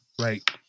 Right